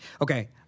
Okay